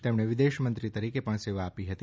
તેમણે વિદેશ મંત્રી તરીકે પણ સેવા આપી હતી